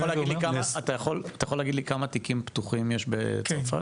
אתה יכול להגיד לי כמה תיקים פתוחים יש בצרפת?